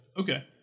Okay